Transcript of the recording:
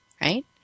right